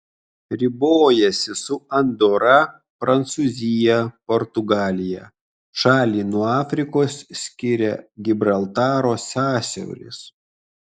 ribojasi su andora prancūzija portugalija šalį nuo afrikos skiria gibraltaro sąsiauris